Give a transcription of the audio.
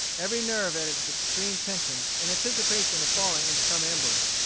every nerve at its extreme tension in anticipation of falling into some ambush.